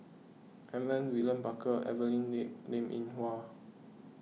Edmund William Barker Evelyn Lip Linn in Hua